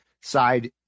side